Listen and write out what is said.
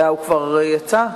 הוא כבר יצא?